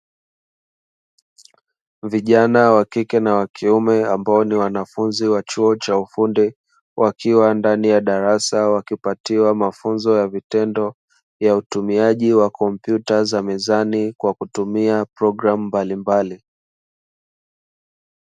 Vijana wa kike na wa kiume, ambao ni wanafunzi wa chuo cha ufundi, wakiwa ndani ya darasa, wakipatiwa mafunzo ya vitendo vya utumiaji wa kompyuta za mezani kwa kutumia programu mbalimbali.